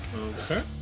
Okay